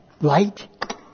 light